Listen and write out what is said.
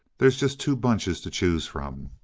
there's just two bunches to choose from.